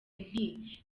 nti